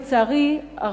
אך לצערי,